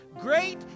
Great